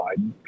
biden